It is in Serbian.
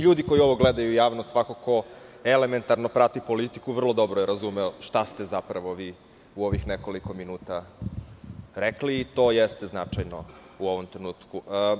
Ljudi koji ovo gledaju i javnost, svakako, elementarno prati politiku, vrlo dobro je razumeo šta ste zapravo vi, u ovih nekoliko minuta rekli i to jeste značajno u ovom trenutku.